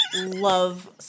love